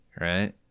right